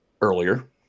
earlier